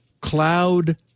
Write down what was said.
cloud